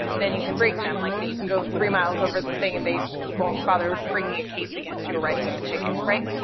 then you can break them, like that you can go three miles over the thing and they just won't bother bringing a case against you or writing you a ticket, right.